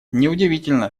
неудивительно